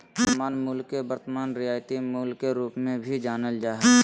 वर्तमान मूल्य के वर्तमान रियायती मूल्य के रूप मे भी जानल जा हय